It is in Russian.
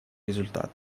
результаты